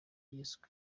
kristo